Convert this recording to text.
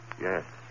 Yes